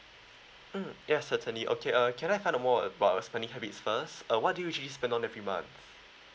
mm ya certainly okay uh can I have know about your spending habits first uh what do you usually spend on the rebate